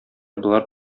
болар